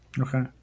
Okay